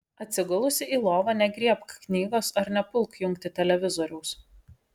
atsigulusi į lovą negriebk knygos ar nepulk jungti televizoriaus